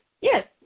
Yes